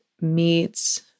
meets